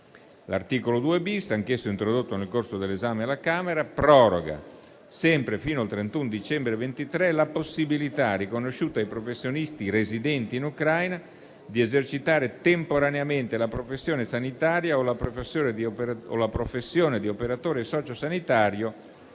L'articolo 2-*bis*, anch'esso introdotto nel corso dell'esame alla Camera, proroga, sempre fino al 31 dicembre 2023, la possibilità, riconosciuta ai professionisti residenti in Ucraina, di esercitare temporaneamente la professione sanitaria o la professione di operatore sociosanitario